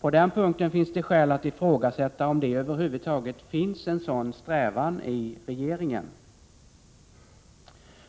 På den punkten finns det skäl att ifrågasätta om det över huvud taget finns en sådan strävan hos regeringen.